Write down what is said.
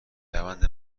روند